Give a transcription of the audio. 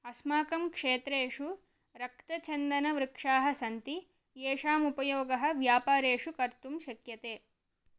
अस्माकं क्षेत्रेषु रक्तचन्दनवृक्षाः सन्ति येषाम् उपयोगः व्यापारेषु कर्तुं शक्यते